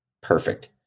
perfect